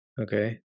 okay